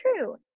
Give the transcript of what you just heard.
true